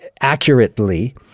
accurately